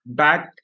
back